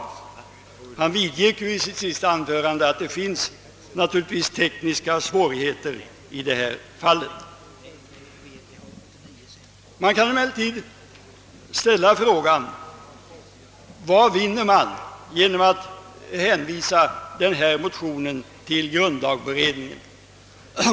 Herr Lothigius vidgick också själv i sitt sista anfö Åtgärder i syfte att fördjupa och stärka det svenska folkstyret rande att det naturligtvis finns tekniska svårigheter i detta fall. Frågan är emellertid: Vad vinner vi genom att hänvisa denna motion till grundlagberedningen?